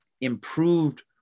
improved